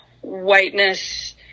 whiteness